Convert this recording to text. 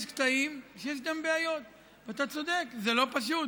יש קטעים שיש בהם בעיות, ואתה צודק, זה לא פשוט.